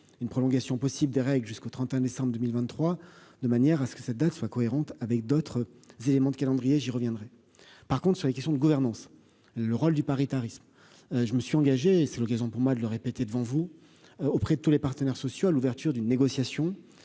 une prolongation possible des règles jusqu'au 31 décembre 2023, de manière à ce que cette date soit cohérente avec d'autres éléments de calendrier, j'y reviendrai par contre sur les questions de gouvernance, le rôle du paritarisme, je me suis engagé, c'est l'occasion pour moi de le répéter devant vous auprès de tous les partenaires sociaux à l'ouverture d'une négociation